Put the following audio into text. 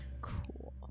Cool